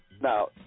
Now